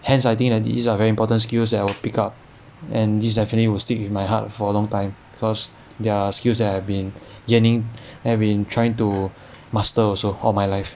hence I think that these are very important skills that will pick up and this definitely will stick with my heart for a long time because they are skills that I have been yearning have been trying to master also all my life